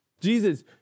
Jesus